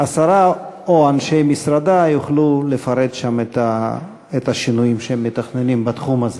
והשרה או אנשי משרדה יוכלו לפרט שם את השינויים שהם מתכננים בתחום הזה.